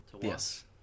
Yes